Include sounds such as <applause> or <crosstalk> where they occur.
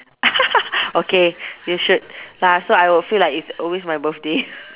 <laughs> okay you should ya so I will feel it's always my birthday